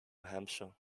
hampshire